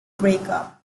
breakup